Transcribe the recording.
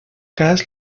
cas